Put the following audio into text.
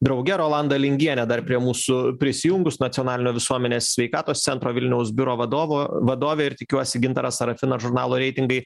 drauge rolanda lingienė dar prie mūsų prisijungus nacionalinio visuomenės sveikatos centro vilniaus biuro vadovo vadovė ir tikiuosi gintaras sarafinas žurnalo reitingai